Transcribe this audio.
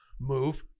move